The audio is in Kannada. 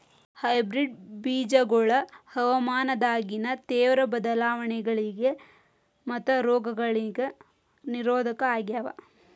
ಹೈಬ್ರಿಡ್ ಬೇಜಗೊಳ ಹವಾಮಾನದಾಗಿನ ತೇವ್ರ ಬದಲಾವಣೆಗಳಿಗ ಮತ್ತು ರೋಗಗಳಿಗ ನಿರೋಧಕ ಆಗ್ಯಾವ